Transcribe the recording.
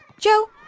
Joe